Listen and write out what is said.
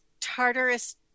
Tartarus